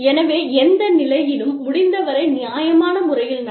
எனவே எந்த நிலையிலும் முடிந்தவரை நியாயமான முறையில் நடந்துக் கொள்ள வேண்டும்